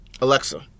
Alexa